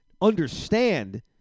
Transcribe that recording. understand